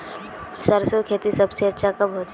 सरसों खेती सबसे अच्छा कब होचे?